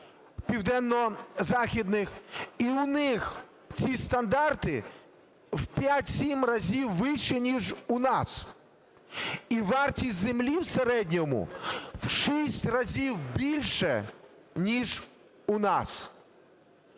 південно-західних, і у них ці стандарти в 5-7 разів вищі ніж у нас. І вартість землі в середньому в 6 разів більша, ніж у нас.